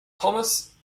thomas